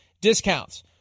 discounts